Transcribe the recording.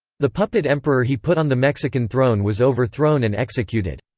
the puppet emperor he put on the mexican throne was overthrown and executed.